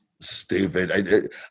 stupid